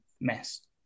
mess